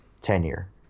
tenure